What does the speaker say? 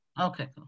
okay